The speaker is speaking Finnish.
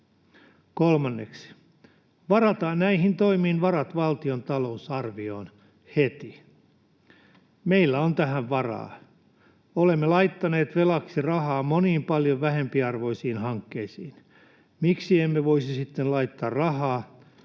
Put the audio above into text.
Kolmanneksi varataan näihin toimiin varat valtion talousarvioon — heti. Meillä on tähän varaa. Olemme laittaneet velaksi rahaa moniin paljon vähempiarvoisiin hankkeisiin. Miksi emme voisi sitten laittaa rahaa,